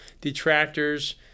detractors